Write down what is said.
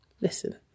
Listen